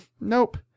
Nope